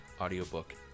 audiobook